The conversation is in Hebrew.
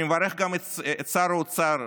אני מברך גם את שר האוצר